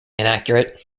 inaccurate